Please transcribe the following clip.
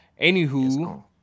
Anywho